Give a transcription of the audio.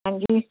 ਹਾਂਜੀ